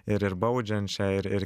ir ir baudžiančią ir ir